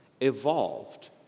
evolved